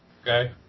Okay